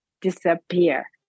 disappear